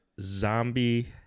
Zombie